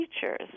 teachers